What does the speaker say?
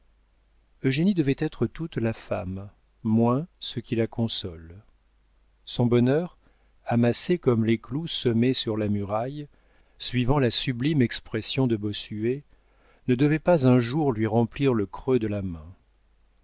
femmes eugénie devait être toute la femme moins ce qui la console son bonheur amassé comme les clous semés sur la muraille suivant la sublime expression de bossuet ne devait pas un jour lui remplir le creux de la main